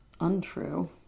untrue